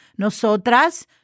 Nosotras